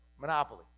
Monopoly